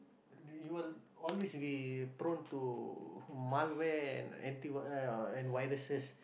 you you will always be prone to malware and anti uh and viruses